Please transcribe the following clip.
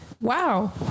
Wow